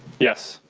yes.